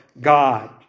God